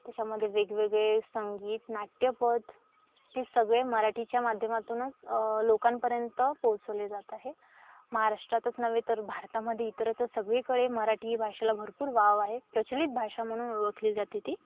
त्याच्यामध्ये वेगवेगळे संगीत नाट्यपदं ते सगळे मराठीच्या माध्यमातूनच लोकांपर्यंत पोहोचवले जात आहेत महाराष्ट्रातच नव्हे तर भारतामध्ये इतरत्र सगळीकडे मराठी भाषेला भरपूर वाव आहे प्रचलित भाषा म्हणून ओळखली जाते ती